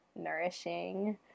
nourishing